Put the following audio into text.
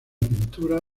pintura